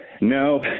No